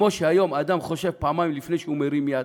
אז כמו שהיום אדם חושב פעמיים לפני שהוא מרים יד,